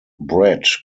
brett